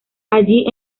allí